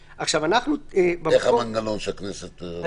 מה המנגנון שהכנסת עושה את זה?